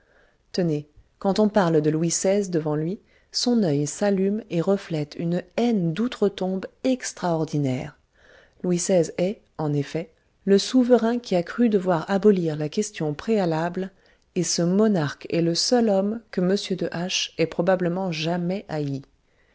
tenez quand on parle de louis xvi devant lui son œil s'allume et reflète une haine d'outre-tombe extraordinaire louis xvi est en effet le souverain qui a cru devoir abolir la question préalable et ce monarque est le seul homme que m de h ait probablement jamais haï